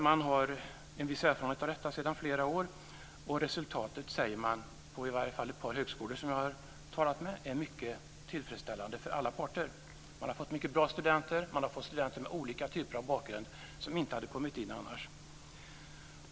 Man har en viss erfarenhet av detta sedan flera år. Resultatet, säger man - i varje fall på ett par högskolor som jag talat med - är mycket tillfredsställande för alla parter. Man har fått mycket bra studenter och man har fått studenter med olika typer av bakgrund som annars inte hade kommit in.